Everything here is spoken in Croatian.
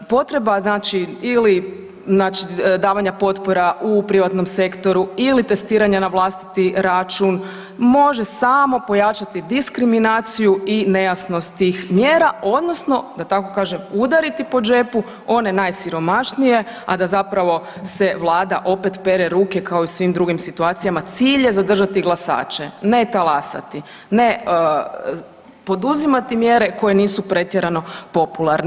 Potreba znači ili davanja potpora u privatnom sektoru ili testiranja na vlastiti račun, može samo pojačati diskriminaciju ili nejasnost tih mjera odnosno da tako kažem, udariti po džepu one najsiromašnije a da zapravo se Vlada opet pere ruke kao i u svim drugim situacijama, cilj je zadržati glasače, ne talasati, ne poduzimati mjere koje nisu pretjerano popularne.